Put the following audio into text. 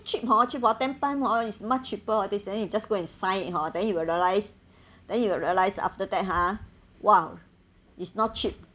cheap hor cheap hor ten time hor is much cheaper all these then you just go and sign it hor then you will realize then you will realize after that ha !wow! is not cheap